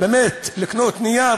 באמת לקנות נייר